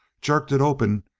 jerked it open,